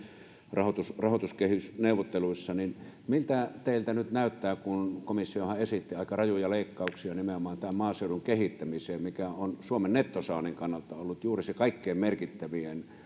rahoituskehysneuvotteluissa miltä teistä nyt näyttää kun komissiohan esitti aika rajuja leikkauksia nimenomaan tähän maaseudun kehittämiseen mikä on suomen nettosaannin kannalta ollut juuri se kaikkein merkittävin